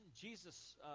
Jesus